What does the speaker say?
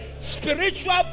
spiritual